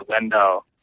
window